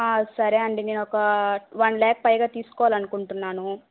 సరే అండి నేనొక వన్ ల్యాక్ పైగా తీసుకోవాలనుకుంటున్నాను